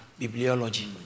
Bibliology